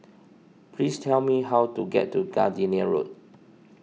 please tell me how to get to Gardenia Road